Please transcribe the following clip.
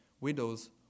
widows